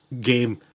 game